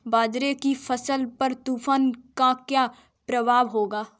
बाजरे की फसल पर तूफान का क्या प्रभाव होगा?